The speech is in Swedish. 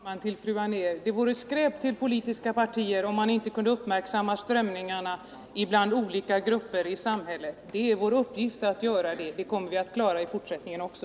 Herr talman! Jag vill bara säga till fru Anér att det vore skräp till politiska partier om man inte där kunde uppmärksamma strömningarna i olika grupper i samhället. Det är vår uppgift att göra det. Och det kommer vi att klara i fortsättningen också!